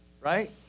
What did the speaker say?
right